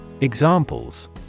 Examples